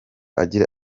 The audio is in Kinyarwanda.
agira